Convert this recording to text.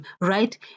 right